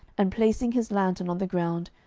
and placing his lantern on the ground,